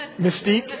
Mystique